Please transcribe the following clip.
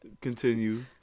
Continue